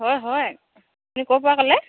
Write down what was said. হয় হয় আপুনি ক'ৰপৰা ক'লে